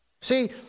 See